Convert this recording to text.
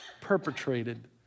perpetrated